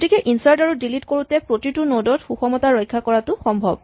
গতিকে ইনচাৰ্ট আৰু ডিলিট কৰোতে প্ৰতিটো নড ত সুষমতা ৰক্ষা কৰাটো সম্ভৱ